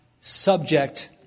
subject